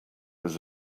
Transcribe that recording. was